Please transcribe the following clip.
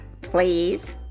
please